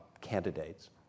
candidates